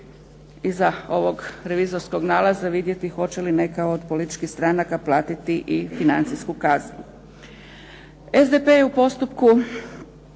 iza ovog revizorskog nalaza vidjeti hoće li neka od političkih stranaka platiti i financijsku kaznu. SDP je u postupku